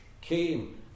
came